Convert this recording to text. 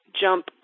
jump